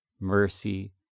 mercy